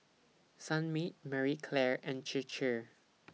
Sunmaid Marie Claire and Chir Chir